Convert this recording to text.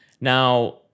Now